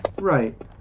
Right